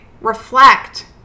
Reflect